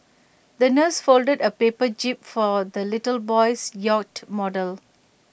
the nurse folded A paper jib for the little boy's yacht model